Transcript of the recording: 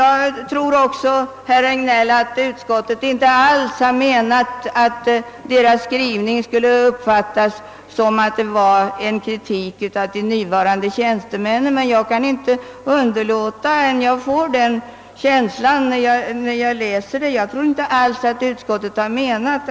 Jag tror, herr Regnéll, att utskottet inte alls har menat att dess skrivning skulle uppfattas som någon kritik av de nuvarande tjänstemännen, men jag kan inte undgå att få den känslan när jag läser utlåtandet.